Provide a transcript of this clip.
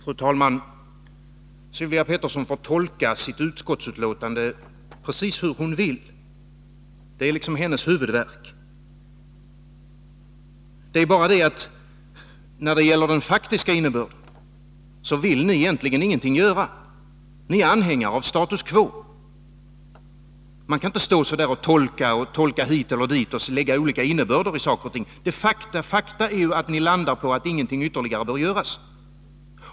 Fru talman! Sylvia Pettersson får tolka sitt utskottsbetänkande precis hur hon vill; det är liksom hennes huvudvärk. Det är bara det att när det gäller den faktiska innebörden vill ni egentligen ingenting göra. Ni är anhängare av status quo. Men man kan inte tolka hit eller dit och lägga olika innebörder i saker och ting. Faktum är ju att ni landar på att ingenting ytterligare bör göras.